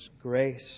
grace